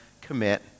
commit